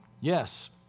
Yes